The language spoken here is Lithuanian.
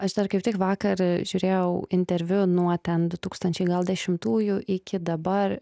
aš dar kaip tik vakar žiūrėjau interviu nuo ten du tūkstančiai gal dešimtųjų iki dabar